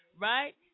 right